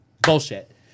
Bullshit